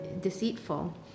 deceitful